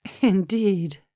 Indeed